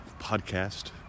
podcast